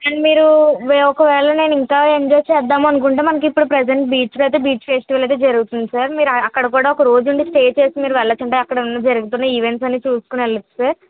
and మీరు మేము ఒకవేళ నేను ఇంకా ఎంజాయ్ చేద్దాం అనుకుంటే మనకి ఇప్పుడు ప్రజెంట్ బీచ్కైతే బీచ్ ఫెస్టివల్ అయితే జరుగుతుంది సార్ మీరు అక్కడ కూడా ఒకరోజు ఉండే స్టే చేసి మీరు వెళ్లకుండా అక్కడ ఉన్న జరుగుతున్న ఈవెంట్స్ అన్నీ చూసుకొని వెళ్లొచ్చు సార్